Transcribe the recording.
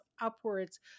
upwards